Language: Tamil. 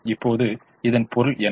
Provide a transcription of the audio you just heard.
இப்போது இதன் பொருள் என்ன